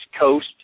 Coast